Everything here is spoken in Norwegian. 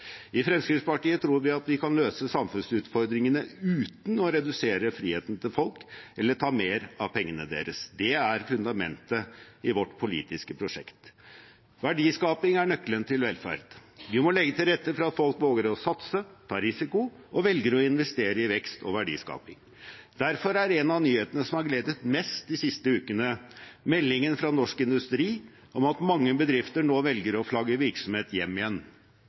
I Fremskrittspartiet tror vi at vi kan løse samfunnsutfordringene uten å redusere friheten til folk eller ta mer av pengene deres. Det er fundamentet i vårt politiske prosjekt. Verdiskaping er nøkkelen til velferd. Vi må legge til rette for at folk våger å satse og ta risiko, og velger å investere i vekst og verdiskaping. Derfor er en av nyhetene som har gledet mest de siste ukene, meldingen fra Norsk Industri om at mange bedrifter nå velger å flagge virksomhet hjem igjen.